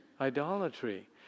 idolatry